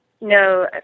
no